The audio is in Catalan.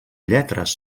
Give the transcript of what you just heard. lletres